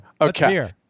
Okay